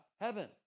heaven